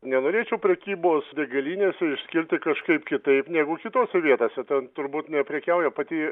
nenorėčiau prekybos degalinėse išskirti kažkaip kitaip negu kitose vietose ten turbūt neprekiauja pati